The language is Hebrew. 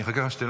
אני אחכה שתרד.